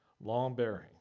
long-bearing